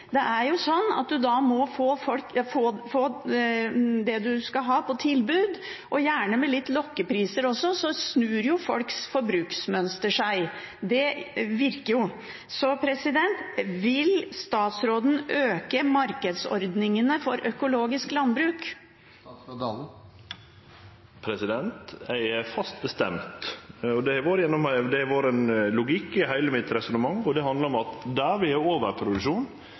Det er jo slik at får en det en skal ha, på tilbud, og gjerne med litt lokkepriser også, snur folks forbruksmønster seg. Det virker. Vil statsråden øke markedsordningene for økologisk landbruk? Eg er fast bestemt, og det har vore ein logikk i heile resonnementet mitt, og det handlar om at der vi har overproduksjon,